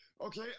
Okay